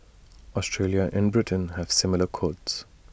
Australia and Britain have similar codes